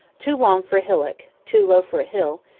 too long for a hillock, too low for a hill,